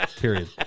period